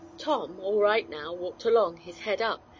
tom, all right now, walked along, his head up,